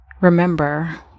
remember